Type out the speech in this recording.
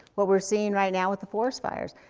what we're seeing right now with the forest fires,